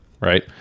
right